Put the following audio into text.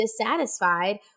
dissatisfied